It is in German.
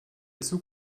zug